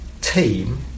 team